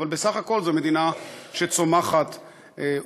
אבל בסך הכול זו מדינה שצומחת וגדלה.